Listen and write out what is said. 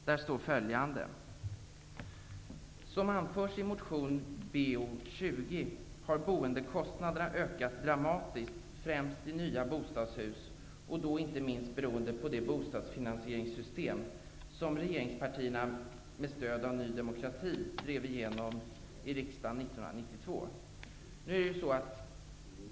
Där står följande: ''Som anförs i motion Bo20 har boendekostnaderna ökat dramatiskt främst i nya bostadshus och då inte minst beroende på det bostadsfinansieringssystem som regeringspartierna med stöd av Ny demokrati drev igenom i riksdagen våren 1992 --.''